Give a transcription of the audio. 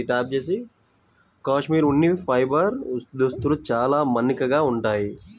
cashmere ఉన్ని fibre దుస్తులు చాలా మన్నికగా ఉంటాయి